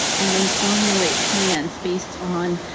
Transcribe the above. and then formulate plans based on